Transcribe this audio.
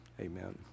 amen